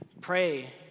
pray